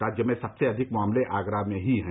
राज्य में सबसे अधिक मामले आगरा में ही हैं